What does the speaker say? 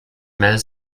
mel